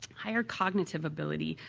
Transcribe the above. higher cognitive ability,